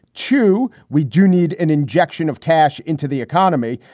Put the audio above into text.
two we do need an injection of cash into the economy.